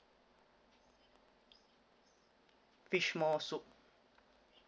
fish maw soup